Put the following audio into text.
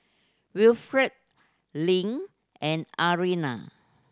Wilfrid Lynn and Ariana